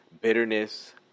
bitterness